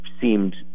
seemed